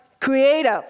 creative